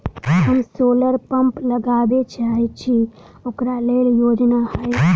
हम solar pump लगाबै चाहय छी ओकरा लेल योजना हय?